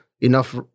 enough